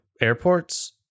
airports